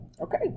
okay